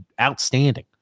outstanding